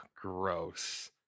gross